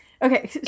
Okay